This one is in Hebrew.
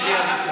אלפים ביום,